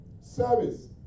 service